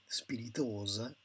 spiritosa